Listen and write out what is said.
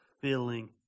feeling